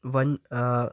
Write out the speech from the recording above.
one a